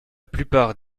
plupart